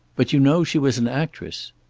but you know she was an actress!